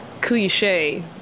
cliche